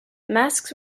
masks